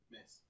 Miss